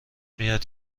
میاید